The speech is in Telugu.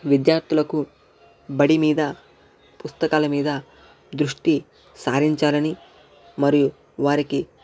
విద్యార్థులకు బడి మీద పుస్తకాల మీద దృష్టి సారించాలని మరియు వారికి